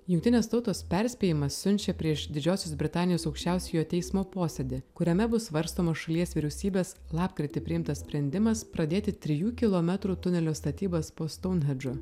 jungtinės tautos perspėjimą siunčia prieš didžiosios britanijos aukščiausiojo teismo posėdį kuriame bus svarstomas šalies vyriausybės lapkritį priimtas sprendimas pradėti trijų kilometrų tunelio statybas po stounhendžu